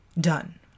done